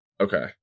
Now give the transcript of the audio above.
Okay